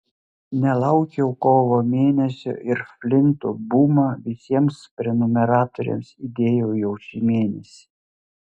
nelaukiau kovo mėnesio ir flinto bumą visiems prenumeratoriams įdėjau jau šį mėnesį